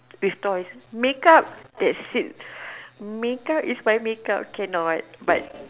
with toys make up that sits make up is my make up cannot but